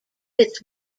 its